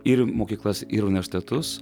ir į mokyklas ir į universitetus